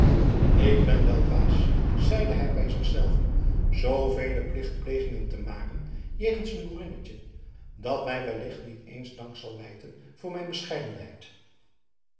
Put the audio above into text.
ik ben wel dwaas zeide hij bij zich zelven zoovele plichtplegingen te maken jegens een boerinnetje dat mij wellicht niet eens dank zal wijten voor mijn bescheidenheid